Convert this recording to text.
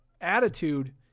attitude